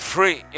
Free